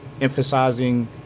emphasizing